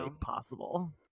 possible